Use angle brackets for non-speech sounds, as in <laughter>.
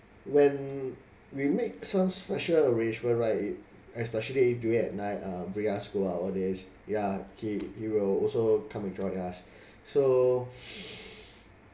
when we make some special arrangement right especially during at night um bring us school ah all these yeah he he will also come and join us <breath> so <breath>